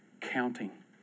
counting